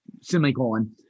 semicolon